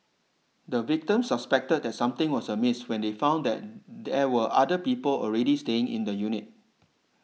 the victims suspected that something was amiss when they found that there were other people already staying in the unit